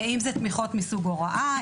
אם זה תמיכות מסוג הוראה,